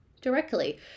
directly